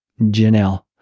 Janelle